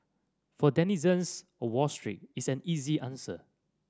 for denizens of Wall Street it's an easy answer